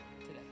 today